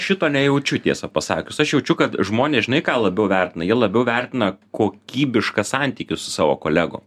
šito nejaučiu tiesą pasakius aš jaučiu kad žmonės žinai ką labiau vertina jie labiau vertina kokybišką santykį su savo kolegom